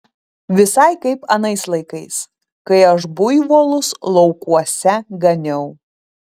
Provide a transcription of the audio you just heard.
visai kaip anais laikais kai aš buivolus laukuose ganiau